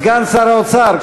סגן שר האוצר,